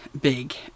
big